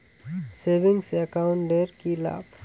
Savings account এর কি লাভ?